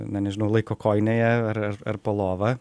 na nežinau laiko kojinėje ar ar po lova